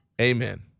Amen